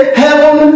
heaven